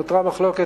נותרה מחלוקת,